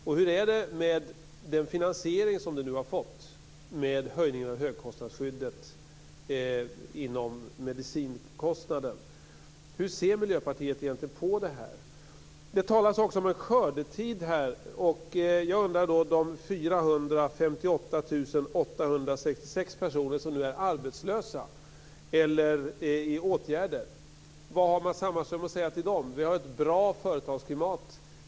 Och hur är det med den finansiering som den nu har fått, med höjningen av högkostnadsskyddet inom medicinkostnaden? Hur ser Miljöpartiet egentligen på det här? Det talas också om en skördetid. Jag undrar vad Matz Hammarström har att säga till de 458 866 personer som nu är arbetslösa eller i åtgärder. Är det att vi har ett bra företagsklimat?